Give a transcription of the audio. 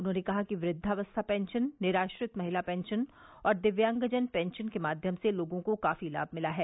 उन्होंने कहा कि वृद्वावस्था पेंशन निराश्रित महिला पेंशन और दिव्यांगजन पेंशन के माध्यम से लोगों को काफी लाभ मिला है